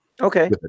Okay